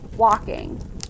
walking